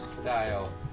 style